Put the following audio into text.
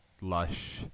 lush